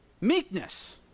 Meekness